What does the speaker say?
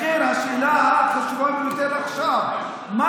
לכן השאלה החשובה ביותר עכשיו היא מה